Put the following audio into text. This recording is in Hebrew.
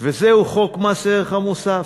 וזהו חוק מס ערך מוסף,